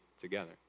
together